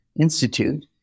Institute